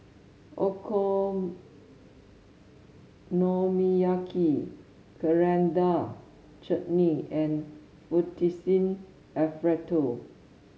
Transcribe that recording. Okonomiyaki Coriander Chutney and Fettuccine Alfredo